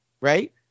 right